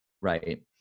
Right